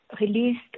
released